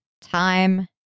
time